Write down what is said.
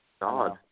God